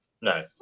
No